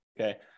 okay